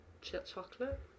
chocolate